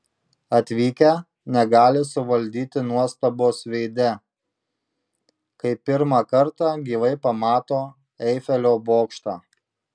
atvykę negali suvaldyti nuostabos veide kai pirmą kartą gyvai pamato eifelio bokštą